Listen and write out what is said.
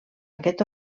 aquest